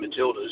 Matildas